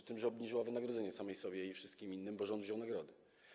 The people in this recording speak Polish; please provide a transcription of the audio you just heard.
Z tym, że obniżyła wynagrodzenie samej sobie i wszystkim innym, bo rząd wziął nagrodę.